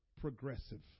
progressive